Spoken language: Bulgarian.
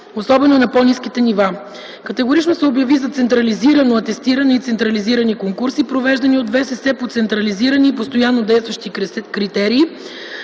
особено на по-ниските нива. Категорично се обяви за централизирано атестиране и централизирани конкурси, провеждани от ВСС по централизирани и постоянно действащи критерии.